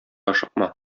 ашыкма